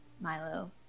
Milo